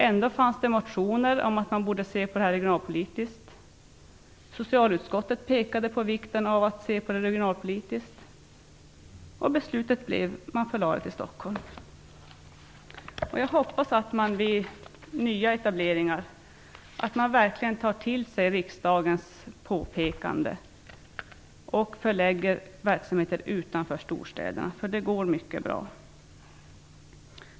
Ändå fanns det motioner om att man borde se på lokaliseringen regionalpolitiskt. Socialutskottet pekade på vikten av att se på det regionalpolitiskt. Beslut blev att institutet förlades till Stockholm. Jag hoppas att man vid nya etableringar verkligen tar till sig riksdagens påpekande och förlägger verksamheten utanför storstäderna. Det skulle gå mycket bra.